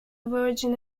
virgin